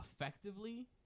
Effectively